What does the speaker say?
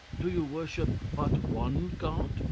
do you worship but one god?